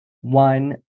one